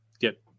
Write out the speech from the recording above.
get